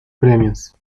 premios